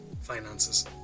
finances